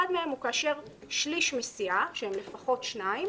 אחד מהם הוא כאשר שליש מסיעה של לפחות שניים